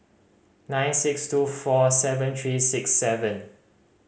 nine six two four seven three six seven